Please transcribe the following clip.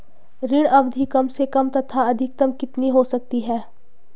ऋण अवधि कम से कम तथा अधिकतम कितनी हो सकती है?